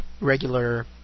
regular